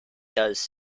does